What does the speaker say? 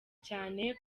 cyane